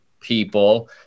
people